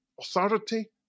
authority